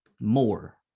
More